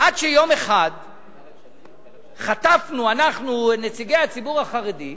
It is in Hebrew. עד שיום אחד חטפנו, אנחנו, נציגי הציבור החרדי,